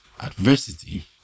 adversity